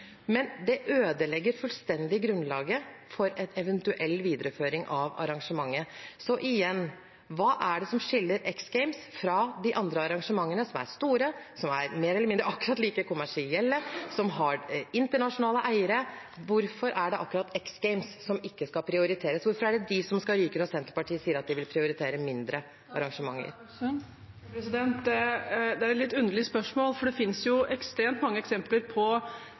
men det ødelegger fullstendig grunnlaget for en eventuell videreføring av arrangementet. Så igjen: Hva er det som skiller X Games fra de andre arrangementene som er store, som er mer eller mindre akkurat like kommersielle, og som har internasjonale eiere? Hvorfor er det akkurat X Games som ikke skal prioriteres? Hvorfor er det de som skal ryke når Senterpartiet sier de vil prioritere mindre arrangementer? Det er et litt underlig spørsmål, for det finnes ekstremt mange eksempler på